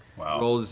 wow.